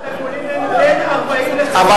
היום התגמולים הם בין 40 ל-50 מיליון.